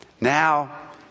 now